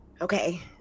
okay